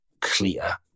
clear